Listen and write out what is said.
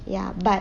ya but